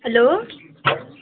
hello